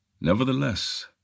Nevertheless